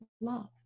love